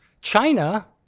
China